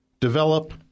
develop